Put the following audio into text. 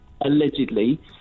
allegedly